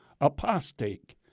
apostate